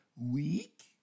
week